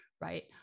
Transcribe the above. right